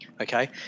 okay